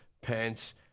Pence